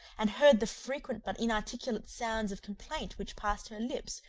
and heard the frequent but inarticulate sounds of complaint which passed her lips,